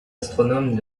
astronomes